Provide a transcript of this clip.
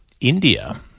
India